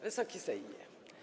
Wysoki Sejmie!